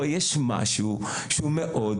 יש פה משהו שהוא מאוד